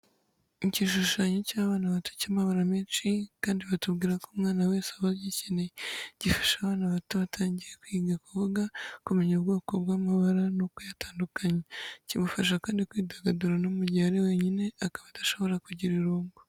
Igikinisho cy’abana bato cy'amabara menshi kandi kandi batubwira ko umwana wese aba agikeneye. Gifasha abana bato batangiye kwiga kuvuga, kumenya ubwoko bw'amabara no kuyatandukanya. Kimufasha kandi kwidagadura no mu gihe ari wenyine akaba adashobora kugira irungu.